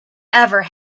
ever